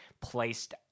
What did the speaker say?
placed